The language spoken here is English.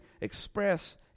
express